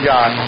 God